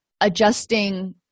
adjusting